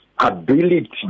Ability